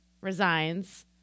resigns